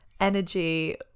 energy